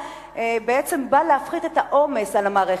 באה בעצם להפחית את העומס על המערכת,